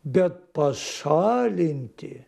bet pašalinti